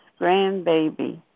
grandbaby